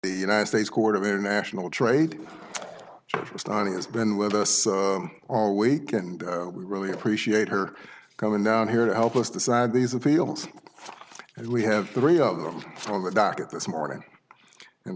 the united states court of international trade jurist on it has been with us all week and we really appreciate her coming down here to help us decide these appeals and lee have three of them on the docket this morning and